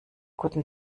guten